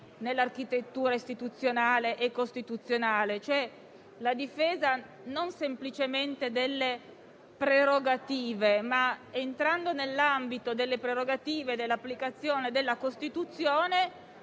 nell'architettura istituzionale e costituzionale, cioè la difesa non semplicemente delle prerogative; ma, entrando nell'ambito delle prerogative e dell'applicazione della Costituzione,